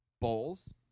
bowls